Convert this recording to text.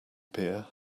beer